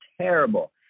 terrible